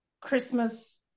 Christmas